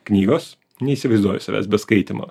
knygos neįsivaizduoju savęs be skaitymo